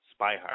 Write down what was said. Spyhard